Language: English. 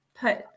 put